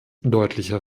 deutlicher